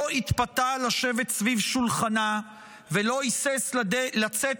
לא התפתה לשבת סביב שולחנה ולא היסס לצאת